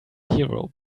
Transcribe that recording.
hero